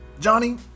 Johnny